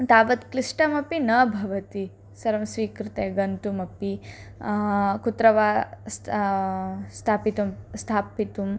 तावत् क्लिष्टमपि न भवति सर्वं स्वीकृत्य गन्तुमपि कुत्र वा स्ता स्थापितुं स्थापितुम्